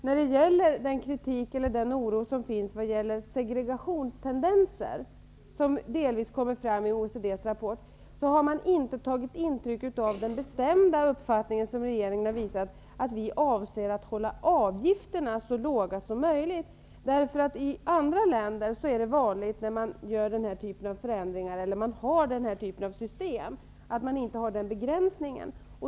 När det gäller den kritik eller den oro i fråga om segregationstendenser som delvis kommer fram i OECD:s rapport, har man inte tagit intryck av den bestämda uppfattning som regeringen har, dvs. att vi avser att hålla avgifterna så låga som möjligt. I andra länder som har den här typen av system är det vanligt att man inte har den begränsningen.